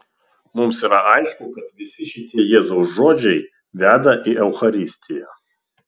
mums yra aišku kad visi šitie jėzaus žodžiai veda į eucharistiją